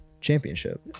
championship